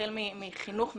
החל מחינוך,